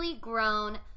grown